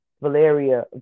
Valeria